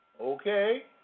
Okay